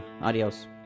Adios